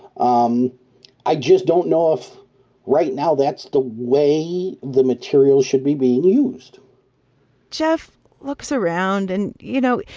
um i just don't know if right now that's the way the materials should be being used jeff looks around. and, you know,